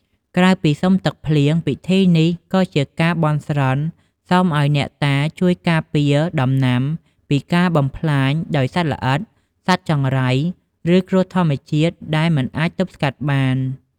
ក្រៅពីសុំទឹកភ្លៀង ពិធីនេះក៏ជាការបន់ស្រន់សុំឱ្យអ្នកតាជួយការពារដំណាំពីការបំផ្លាញដោយសត្វល្អិត សត្វចង្រៃ ឬគ្រោះធម្មជាតិដែលមិនអាចទប់ស្កាត់បាន។